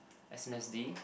S_N_S_D